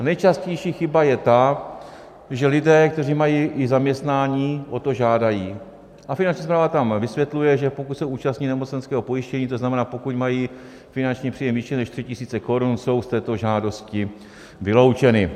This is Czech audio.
Nejčastější chyba je ta, že lidé, kteří mají i zaměstnání, o to žádají, a Finanční správa tam vysvětluje, že pokud se účastní nemocenského pojištění, to znamená, pokud mají finanční příjem vyšší než 3 tisíce korun, jsou z této žádosti vyloučeni.